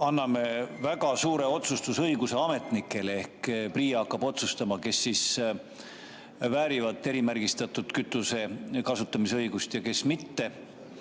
anname väga suure otsustusõiguse ametnikele? PRIA hakkab otsustama, kes väärivad erimärgistatud kütuse kasutamise õigust ja kes mitte.